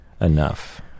enough